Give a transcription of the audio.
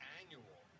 annual